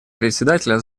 председателя